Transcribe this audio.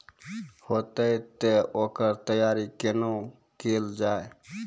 हेतै तअ ओकर तैयारी कुना केल जाय?